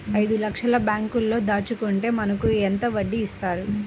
ఐదు లక్షల బ్యాంక్లో దాచుకుంటే మనకు ఎంత వడ్డీ ఇస్తారు?